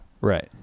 Right